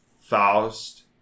Faust